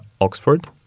Oxford